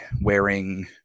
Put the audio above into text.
wearing